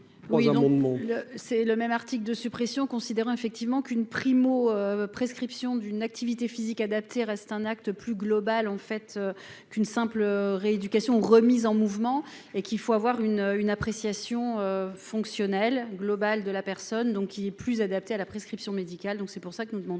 mon. C'est le même article de suppression considérant effectivement qu'une primo-prescription d'une activité physique adaptée reste un acte plus globale en fait qu'une simple rééducation remise en mouvement et qu'il faut avoir une une appréciation fonctionnelle globale de la personne, donc il est plus adapté à la prescription médicale. Donc c'est pour cela que nous demandons